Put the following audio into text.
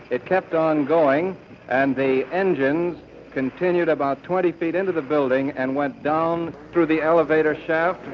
it kept on going and the engines continued about twenty feet into the building and went down through the elevator shaft,